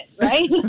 right